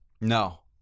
No